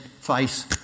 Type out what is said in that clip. face